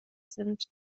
sind